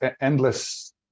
endless